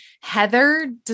Heather